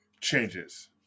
changes